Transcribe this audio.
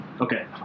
Okay